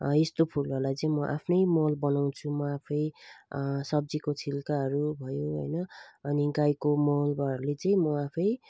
यस्तो फुलहरूलाई चाहिँ म आफ्नै मल बनाउँछु म आफैँ सब्जीको छिल्काहरू भयो हैन अनि गाईको मलहरूले चाहिँ म आफैँ